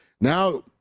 Now